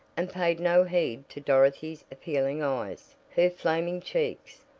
and paid no heed to dorothy's appealing eyes, her flaming cheeks,